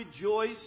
rejoice